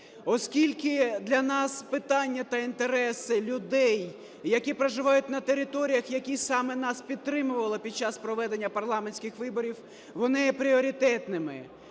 оскільки для нас питання та інтереси людей, які проживають на територіях, які саме нас підтримували під час проведення парламентських виборів, вони є пріоритетними,